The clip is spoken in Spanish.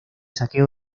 saqueo